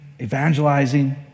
evangelizing